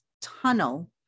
tunnel